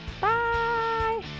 Bye